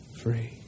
free